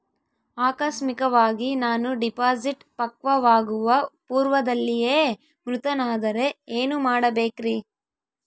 ಆಕಸ್ಮಿಕವಾಗಿ ನಾನು ಡಿಪಾಸಿಟ್ ಪಕ್ವವಾಗುವ ಪೂರ್ವದಲ್ಲಿಯೇ ಮೃತನಾದರೆ ಏನು ಮಾಡಬೇಕ್ರಿ?